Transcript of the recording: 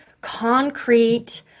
concrete